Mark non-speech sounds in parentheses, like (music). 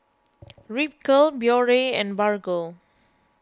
(noise) Ripcurl Biore and Bargo